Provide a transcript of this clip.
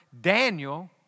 Daniel